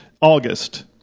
August